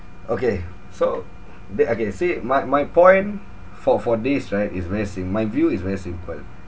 okay so that I can say my my point for for this right is very sim~ my view is very simple